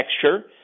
texture